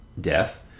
death